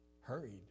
Hurried